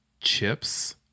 chips